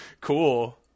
cool